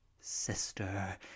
sister